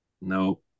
No